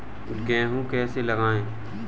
गेहूँ कैसे लगाएँ?